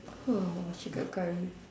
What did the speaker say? oh she got curry